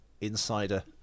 insider